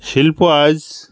শিল্প আজ